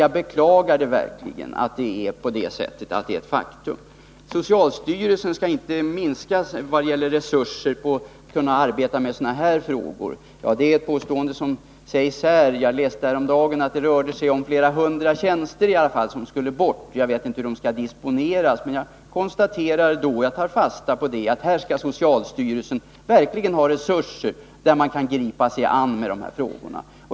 Jag beklagar verkligen att det faktiskt är på det sättet. Socialstyrelsens resurser när det gäller arbetet med sådana här frågor skall inte minskas. Ja, det är ett påstående som har gjorts här. Jag läste häromdagen att flera hundra tjänster skulle bort. Jag vet inte hur de skall disponeras, men jag har tagit fasta på att socialstyrelsen här verkligen skall få resurser, så att man kan gripa sig an de här frågorna.